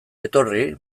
etorri